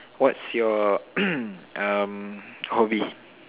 what's your um hobby